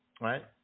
right